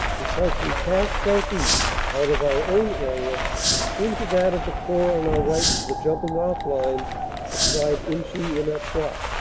because we pass southeast out of our own area into that of the corps on our right to the jumping-off line astride inchy-en-artois.